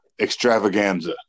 Extravaganza